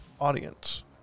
audience